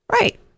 Right